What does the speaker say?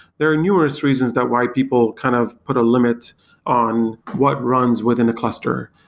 there are numerous reasons that why people kind of put a limit on what runs within a cluster.